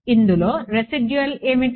ఇందులో రెసిడ్యూల్ ఏమిటి